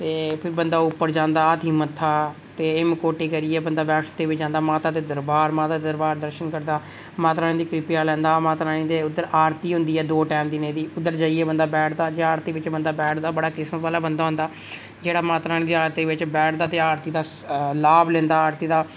ते फिर बंदा उप्पर जंदा हाथी मत्था ते हिमकोटी करियै बंदा वैष्णो देवी जंदा माता दे दरबार माता दे दरबार दर्शन करदा माता रानी दी कृपा लैंदा माता रानी दे उद्धर आरती होंदी ऐ दो टैम दिनें दी उद्धर इ'यै बंदा बैठदा आरती बिच बंदा बैठदा बड़ा किस्मत आह्ला बंदा होंदा जेह्ड़ा माता रानी दी आरती बिच बैठदा ते आरती दा लाभ लैंदा आरती दा